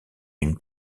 une